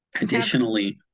additionally